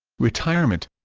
retirement